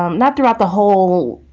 um not throughout the whole